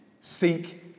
seek